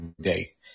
day